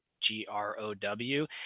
g-r-o-w